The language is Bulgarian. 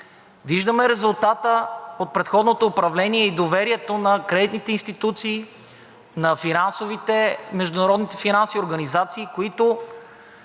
Виждаме резултата от предходното управление и доверието на кредитните институции, на международните финансови организации, които